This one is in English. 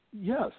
Yes